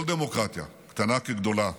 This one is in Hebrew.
כל דמוקרטיה, קטנה כגדולה,